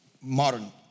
modern